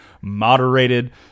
Moderated